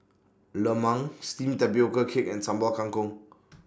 Lemang Steamed Tapioca Cake and Sambal Kangkong